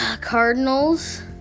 Cardinals